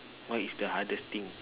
what is the hardest thing